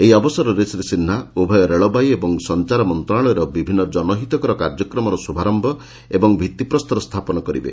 ଏହି ଅବସରରେ ଶ୍ରୀ ସିହ୍ବା ଉଭୟ ରେଳବାୟି ଓ ସଞ୍ଚର ମନ୍ତଣାଳୟର ବିଭିନ୍ କନହିତକର କାର୍ଯ୍ୟକ୍ରମର ଶ୍ରୁଭାରମ୍ ଏବଂ ଭିଉିପ୍ରସ୍ତର ସ୍ଥାପନ କରିବେ